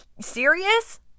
serious